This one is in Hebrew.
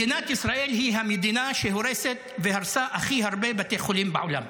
מדינת ישראל היא המדינה שהורסת והרסה הכי הרבה בתי חולים בעולם.